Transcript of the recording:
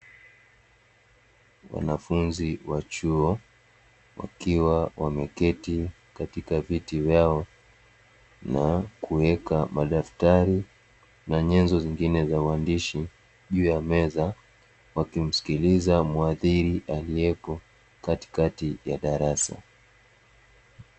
Wanafunzi wa chuo wakiwa wameketi katika viti vyao, na kuweka madaftari na nyenzo zingine za uwaandishi juu ya meza wakimsikiliza mhadhiri aliyeko katikati ya darasa.